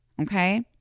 Okay